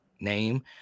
name